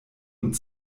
und